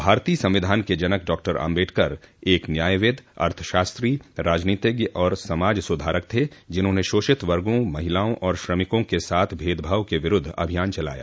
भारतीय संविधान के जनक डॉक्टर आम्बेडकर एक न्यायविद अर्थशास्त्री राजनीतिज्ञ और समाज सुधारक थे जिन्होंने शोषित वर्गों महिलाओं और श्रमिकों के साथ भेदभाव के विरुद्ध अभियान चलाया